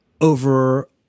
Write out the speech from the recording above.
over